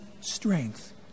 strength